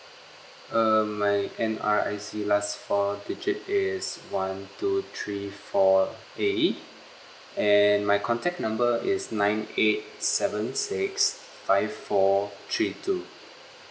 um my N_R_I_C last four digit is one two three four A and my contact number is nine eight seven six five four three two